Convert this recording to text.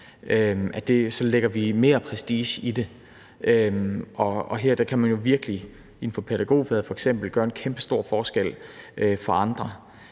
så lægger vi mere prestige i det. Her kan man virkelig inden for f.eks. pædagogfaget gøre en kæmpestor forskel for andre,